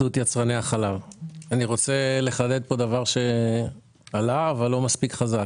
אני רוצה לחדד פה דבר שעלה לא מספיק חזק.